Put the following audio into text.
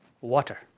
water